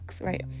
right